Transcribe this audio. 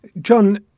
John